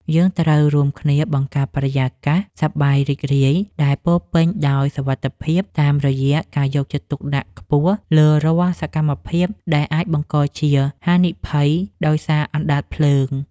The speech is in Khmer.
យើងត្រូវរួមគ្នាបង្កើតបរិយាកាសសប្បាយរីករាយដែលពោរពេញដោយសុវត្ថិភាពតាមរយៈការយកចិត្តទុកដាក់ខ្ពស់លើរាល់សកម្មភាពដែលអាចបង្កជាហានិភ័យដោយសារអណ្តាតភ្លើង។